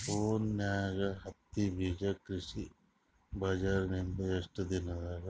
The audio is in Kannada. ಫೋನ್ಯಾಗ ಹತ್ತಿ ಬೀಜಾ ಕೃಷಿ ಬಜಾರ ನಿಂದ ಎಷ್ಟ ದಿನದಾಗ